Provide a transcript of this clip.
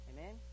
Amen